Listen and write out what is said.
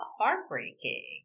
heartbreaking